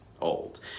old